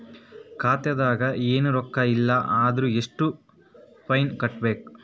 ಖಾತಾದಾಗ ಏನು ರೊಕ್ಕ ಇಲ್ಲ ಅಂದರ ಎಷ್ಟ ಫೈನ್ ಕಟ್ಟಬೇಕು?